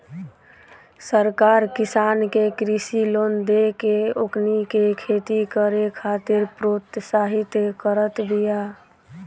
सरकार किसान के कृषि लोन देके ओकनी के खेती करे खातिर प्रोत्साहित करत बिया